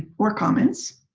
or comments?